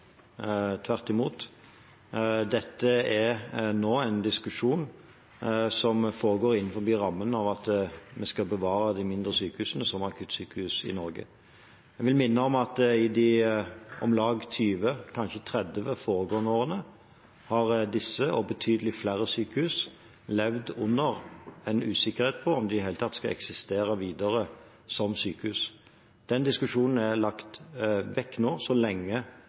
tvert imot. Dette er nå en diskusjon som foregår innenfor rammene av at vi skal bevare de mindre sykehusene som akuttsykehus i Norge. Jeg vil minne om at i de om lag 20 foregående årene – kanskje 30 – har disse og betydelig flere sykehus levd under en usikkerhet om de i det hele tatt skal eksistere videre som sykehus. Den diskusjonen er lagt vekk nå, så lenge